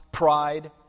pride